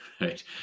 right